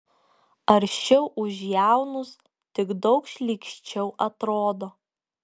aršiau už jaunus tik daug šlykščiau atrodo